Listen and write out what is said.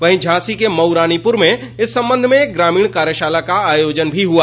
वहीं झांसी के मऊरानीपुर में इस संबंध में एक ग्रामीण कार्यशाला का आयोजन भी हुआ